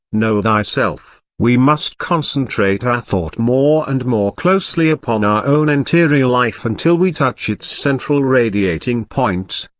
know thyself, we must concentrate our thought more and more closely upon our own interior life until we touch its central radiating point,